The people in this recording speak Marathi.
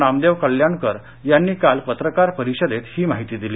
नामदेव कल्याणकर यांनी काल पत्रकार परिषदेत ही माहिती दिली